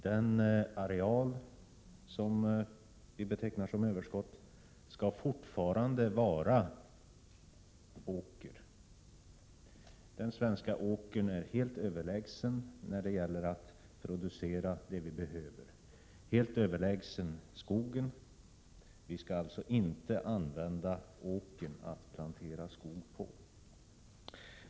Den areal som vi betecknar som överskott skall fortfarande vara åker. Den svenska åkern är helt överlägsen när det gäller att producera det vi behöver, helt överlägsen skogen. Vi skall alltså inte använda åkern att plantera skog på.